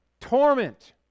torment